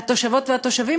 והתושבות והתושבים,